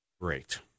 Great